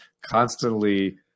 constantly